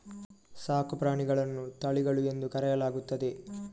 ಸಾಕು ಪ್ರಾಣಿಗಳನ್ನು ತಳಿಗಳು ಎಂದು ಕರೆಯಲಾಗುತ್ತದೆ